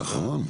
נכון.